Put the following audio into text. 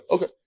Okay